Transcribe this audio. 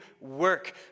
work